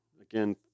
again